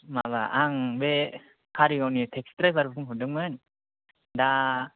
माबा आं बे कारिगावनि टेक्सि द्राइभार बुंहरदोंमोन दा